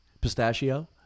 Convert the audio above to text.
Pistachio